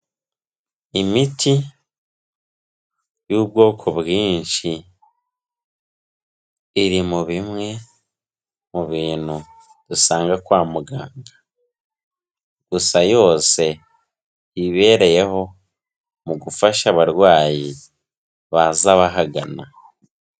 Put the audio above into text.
Imiti y'ubwoko bwinshi, iri mu bimwe mu bintu dusanga kwa muganga. Gusa yose iba ibereyeho mu gufasha abarwayi baza bahagana.